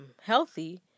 healthy